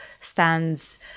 stands